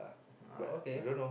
uh okay